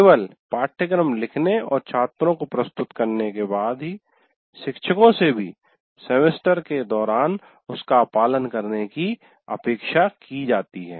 केवल पाठ्यक्रम लिखने और छात्रों को प्रस्तुत करने के बाद शिक्षको से भी सेमेस्टर के दौरान उसका पालन करने की अपेक्षा की जाती है